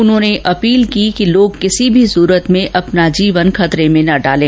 उन्होंने अपील की कि लोग किसी सूरत में अपना जीवन खतरे में न डालें